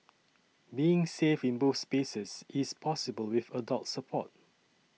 being safe in both spaces is possible with adult support